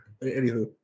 anywho